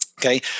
okay